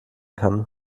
kann